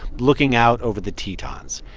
looking out over the tetons.